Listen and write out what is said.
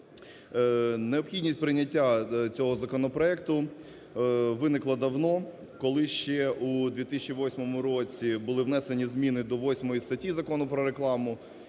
Необхідність прийняття цього законопроекту виникла давно, коли ще у 2008 році були внесені зміни до 8 статті Закону "Про рекламу",